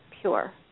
pure